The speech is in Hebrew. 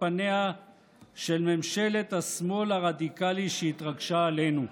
פניה של ממשלת השמאל הרדיקלי שהתרגשה עלינו.